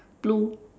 blue